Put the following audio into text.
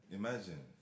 imagine